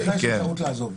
גם לך יש אפשרות לעזוב.